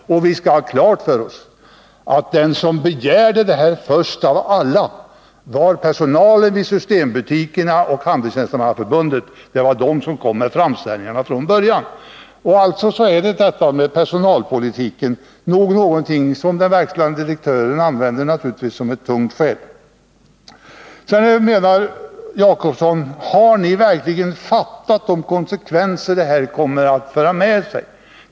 Vi skall ha klart för oss att de som först av alla begärde lördagsstängning var personalen vid systembutikerna och Handelstjänstemannaförbundet. Alltså kan detta med personalpolitiken inte vara något tungt vägande skäl. Sedan säger Egon Jacobsson: Har ni verkligen fattat vilka konsekvenser detta kommer att föra med sig?